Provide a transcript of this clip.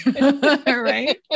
Right